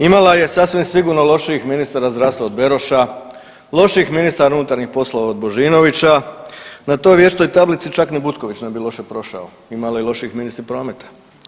Imala je sasvim sigurno lošijih ministara zdravstva od Beroša, lošijih ministara unutarnjih poslova od Božinovića, na toj vještoj tablici čak ni Butković ne bi loše prošao, imala je i loših ministri prometa.